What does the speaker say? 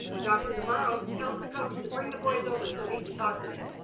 dr. navarro tells the coach to bring the boys over so he can talk to them.